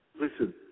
Listen